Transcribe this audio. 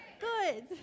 Good